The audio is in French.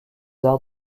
arts